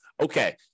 okay